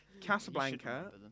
Casablanca